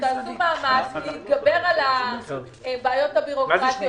שתעשו מאמץ להתגבר על הבעיות הביורוקרטיות